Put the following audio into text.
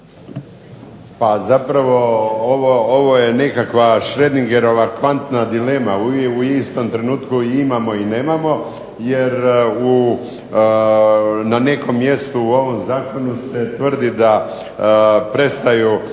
Pa zapravo ovo je nekakva Schrödingerova kvantna dilema. U istom trenutku i imamo i nemamo, jer na nekom mjestu u ovom zakonu se tvrdi da prestaju